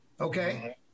okay